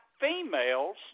females